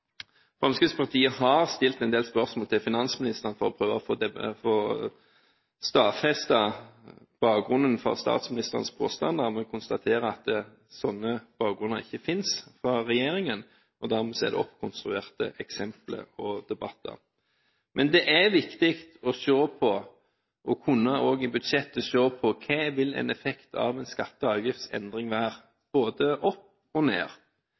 Fremskrittspartiet har stilt en del spørsmål til finansministeren for å prøve å få stadfestet bakgrunnen for statsministerens påstander, men vi konstaterer at en slik bakgrunn ikke finnes fra regjeringens side, og dermed er det oppkonstruerte eksempler og debatter. Men det er viktig å se på, også i budsjettet: Hva vil en effekt av en skatte- og avgiftsendring være – både opp og ned?